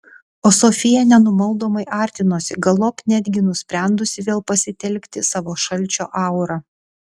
o sofija nenumaldomai artinosi galop netgi nusprendusi vėl pasitelkti savo šalčio aurą